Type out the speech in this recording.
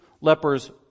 lepers